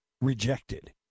rejected